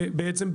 בעצם,